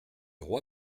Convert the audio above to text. roi